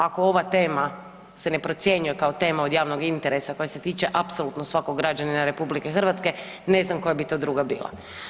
Ako ova tema se ne procjenjuje kao tema od javnog interesa koja se tiče apsolutno svakog građanina RH, ne znam koja bi to druga bila.